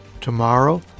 tomorrow